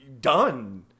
Done